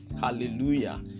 Hallelujah